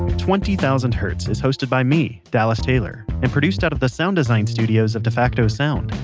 twenty thousand hertz is hosted by me, dallas taylor, and produced out of the sound design studios of defacto sound.